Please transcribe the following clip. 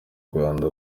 rwanda